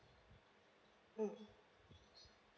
mm